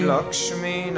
Lakshmi